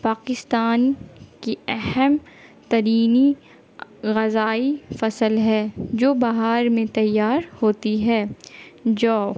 پاکستان کی اہم ترین غذائی فصل ہے جو بہار میں تیار ہوتی ہے جو